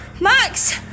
Max